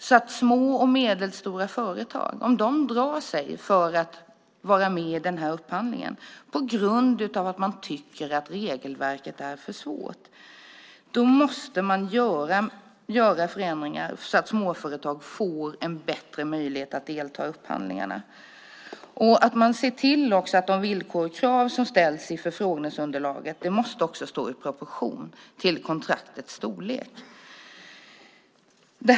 Om små och medelstora företag drar sig för att vara med vid upphandlingen för att de tycker att regelverket är för svårt måste man göra förändringar så att småföretag får en bättre möjlighet att delta i upphandlingarna. Det gäller också att se till att villkor och krav som ställs i förfrågningsunderlaget står i proportion till kontraktets storlek.